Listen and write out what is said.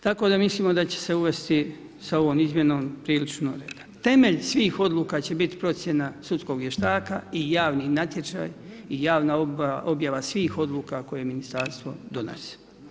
Tako da mislim da će se uvesti sa ovom izmjenom prilično, temelj, svih odluka će biti procjena sudskog vještaka i javni natječaj i javna objava svih odluka koje ministarstvo donese.